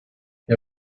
che